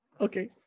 Okay